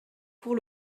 pour